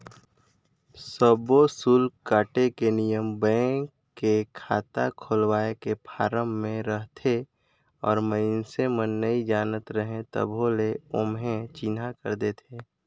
सब्बो सुल्क काटे के नियम बेंक के खाता खोलवाए के फारम मे रहथे और मइसने मन नइ जानत रहें तभो ले ओम्हे चिन्हा कर देथे